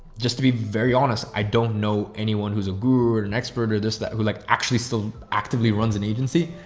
just to be very honest, i don't know anyone who's a guru or an expert or this that who like actually still actively runs an agency.